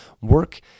Work